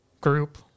group